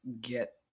get